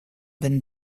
been